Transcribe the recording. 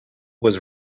was